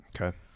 Okay